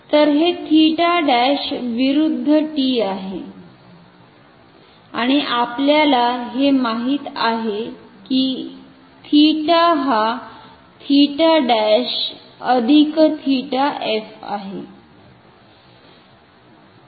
तर हे 𝜃′ विरुद्ध t आहे आणि आपल्याला हे माहित आहे की 𝜃 हा 𝜃′𝜃𝑓 आहे